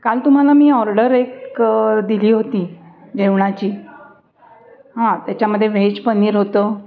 काल तुम्हाला मी ऑर्डर एक दिली होती जेवणाची हां त्याच्यामध्ये व्हेज पनीर होतं